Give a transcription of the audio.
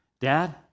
Dad